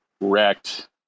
wrecked